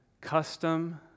custom